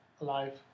Alive